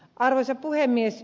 arvoisa puhemies